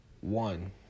one